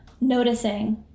noticing